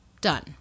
Done